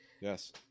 Yes